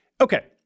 okay